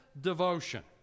devotion